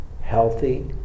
healthy